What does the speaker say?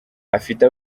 afite